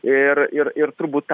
ir ir ir turbūt tą